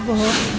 بہت